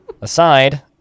aside